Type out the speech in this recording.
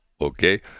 okay